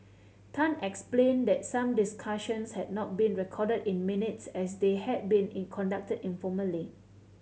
tan explained that some discussions had not been recorded in minutes as they had been in conducted informally